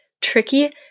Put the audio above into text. tricky